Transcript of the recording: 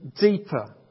deeper